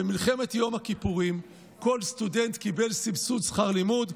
במלחמת יום הכיפורים כל סטודנט קיבל סבסוד שכר לימוד,